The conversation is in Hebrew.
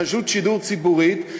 רשות שידור ציבורית,